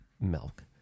milk